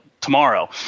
tomorrow